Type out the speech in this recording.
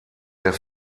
der